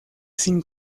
sin